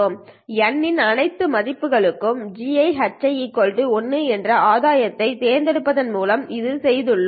i 1 2 3N இன் அனைத்து மதிப்புகளுக்கும் GiHi 1 என்ற ஆதாயம் யைத் தேர்ந்தெடுப்பதன் மூலம் இதைச் செய்துள்ளோம்